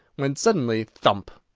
when suddenly, thump!